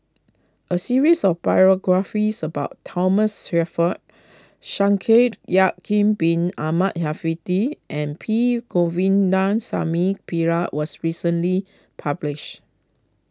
a series of biographies about Thomas Shelford Shaikh Yahya Bin Ahmed Afifi and P Govindasamy Pillai was recently publish